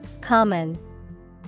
Common